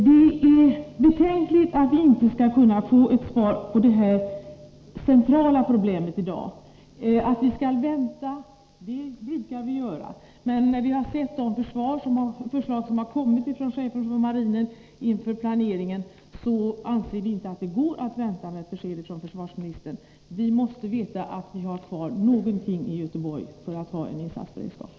Det är betänkligt att vi i dag inte kan få ett besked när det gäller detta centrala problem. Försvarsministern säger att vi skall avvakta. Det brukar vi göra, men när vi har sett de förslag som chefen för marinen har lagt fram inför planeringen anser vi inte att det går att vänta med ett besked från försvarsministern. Vi måste få veta om vi kommer att få ha kvar något av den insatsberedskap vi har i Göteborg.